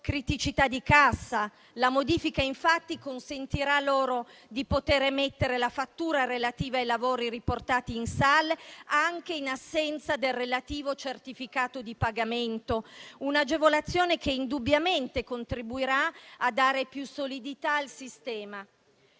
criticità di cassa. La modifica infatti consentirà loro di emettere la fattura relativa ai lavori riportati in SAL anche in assenza del relativo certificato di pagamento; un'agevolazione che indubbiamente contribuirà a dare più solidità al sistema.